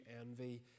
envy